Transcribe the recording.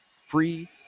Free